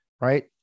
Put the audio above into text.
right